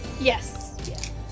Yes